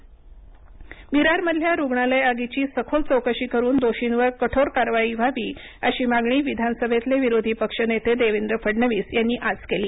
फडणविस मागणी विरार मधल्या रुग्णालय आगीची सखोल चौकशी करून दोषींवर कठोर कारवाई व्हावी अशी मागणी विधानसभेतले विरोधीपक्षनेते देवेंद्र फडणविस यांनी आज केली